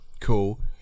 cool